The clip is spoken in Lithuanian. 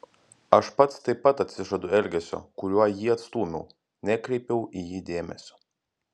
aš pats taip pat atsižadu elgesio kuriuo jį atstūmiau nekreipiau į jį dėmesio